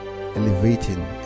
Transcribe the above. elevating